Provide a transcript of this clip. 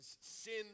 Sin